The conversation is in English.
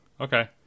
Okay